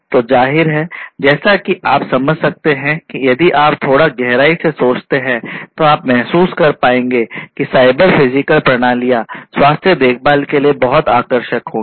तो जाहिर है जैसा कि आप समझ सकते हैं यदि आप थोड़ा गहराई से सोचते हैं तो आप महसूस कर पाएंगे कि साइबर फिजिकल प्रणालियां स्वास्थ्य देखभाल के लिए बहुत आकर्षक होंगी